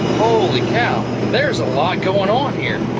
holy cow, there's a lot going on here!